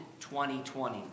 2020